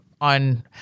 on